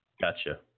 Gotcha